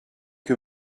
que